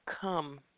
come